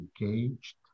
engaged